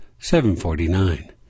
$7.49